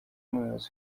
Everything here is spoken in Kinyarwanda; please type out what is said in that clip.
umuyobozi